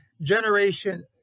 Generation